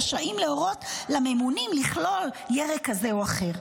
רשאים להורות לממונים לכלול ירק כזה או אחר.